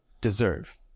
deserve